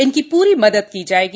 उनकी पूरी मदद की जाएगी